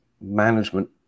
management